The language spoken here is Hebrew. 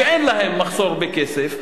שאין להן מחסור בכסף?